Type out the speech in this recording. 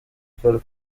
gikorwa